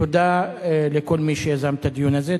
תודה לכל מי שיזם את הדיון הזה.